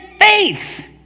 faith